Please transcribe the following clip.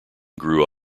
grew